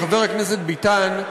חבר הכנסת ביטן,